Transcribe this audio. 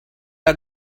are